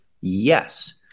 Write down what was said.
Yes